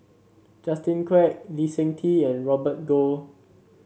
Justin Quek Lee Seng Tee and Robert Goh